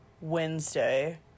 Wednesday